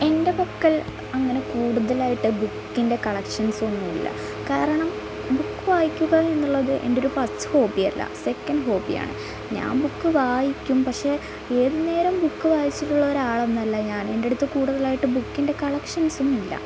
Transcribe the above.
എൻ്റെ പക്കൽ അങ്ങനെ കൂടുതലായിട്ട് ബുക്കിൻ്റെ കളക്ഷൻസൊന്നുമില്ല കാരണം ബുക്ക് വായിക്കുക എന്നുള്ളത് എന്റേയൊര് ഫസ്റ്റ് ഹോബിയല്ല സെക്കൻഡ് ഹോബിയാണ് ഞാൻ ബുക്ക് വായിക്കും പക്ഷെ ഏതു നേരവും ബുക്ക് വായിച്ചിട്ടുള്ള ഒരാളൊന്നും അല്ല ഞാന് എൻറ്റെടത്ത് കൂടുതലായിട്ട് ബുക്കിൻ്റെ കളക്ഷൻസൊന്നുമില്ല